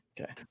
Okay